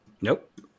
Nope